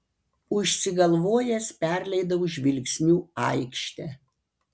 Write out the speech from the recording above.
užsigalvojęs perleidau žvilgsniu aikštę